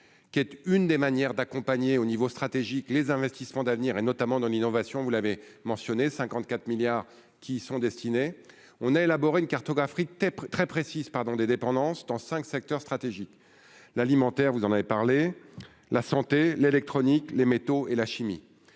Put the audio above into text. qui est une des manières d'accompagner au niveau stratégique, les investissements d'avenir, et notamment dans l'innovation, vous l'avez mentionné 54 milliards qui sont destinés, on a élaboré une cartographie très précises, pardon des dépendances dans 5 secteurs stratégiques, l'alimentaire, vous en avez parlé, la santé, l'électronique, les métaux et la chimie